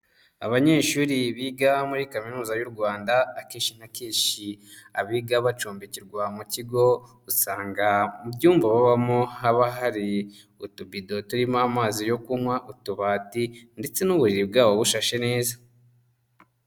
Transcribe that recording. Abanyeshuri biga muri Kaminuza y'u Rwanda, akeshi na kenshi abiga bacumbikirwa mu kigo usanga mu byumba babamo haba hari utubido turimo amazi yo kunywa, utubati ndetse n'uburiri bwabo bushashe neza.